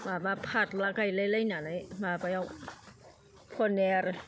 माबा फारला गायलायलायनानै माबायाव पनिर